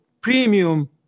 premium